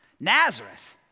Nazareth